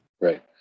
Right